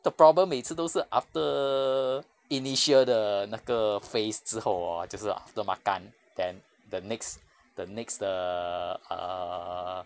the problem 每次都是 after initial 的那个 phase 之后 hor 就是 after makan then the next the next err err